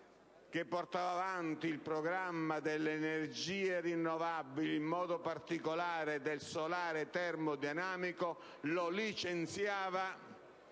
che portava avanti il programma delle energie rinnovabili, in modo particolare del solare termodinamico. Lo licenziava